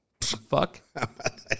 fuck